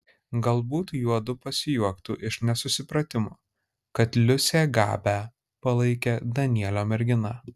galbūt juodu pasijuoktų iš nesusipratimo kad liusė gabę palaikė danielio mergina